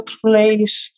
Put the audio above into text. place